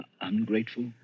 Ungrateful